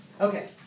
Okay